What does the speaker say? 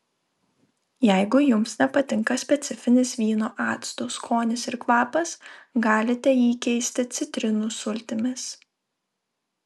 jeigu jums nepatinka specifinis vyno acto skonis ir kvapas galite jį keisti citrinų sultimis